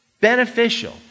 beneficial